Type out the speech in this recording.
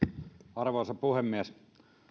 arvoisa puhemies